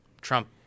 Trump